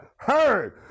Heard